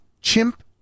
chimp